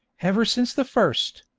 ever since the first.